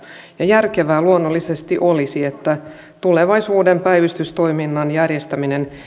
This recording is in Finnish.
järkevää luonnollisesti olisi että tulevaisuuden päivystystoiminnan järjestäminen